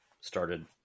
started